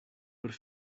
gotta